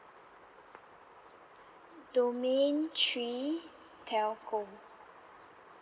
domain three telco